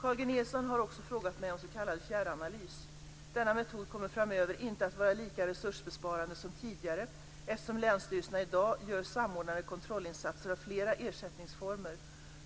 Carl G Nilsson har också frågat mig om s.k. fjärranalys. Denna metod kommer framöver inte att vara lika resursbesparande som tidigare eftersom länsstyrelserna i dag gör samordnade kontrollinsatser av flera ersättningsformer.